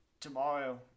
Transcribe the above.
tomorrow